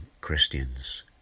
Christians